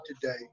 today